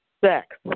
sex